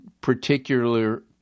particular